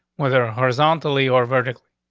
whether horizontally or vertically.